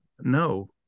no